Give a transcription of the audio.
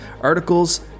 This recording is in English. articles